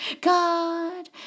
God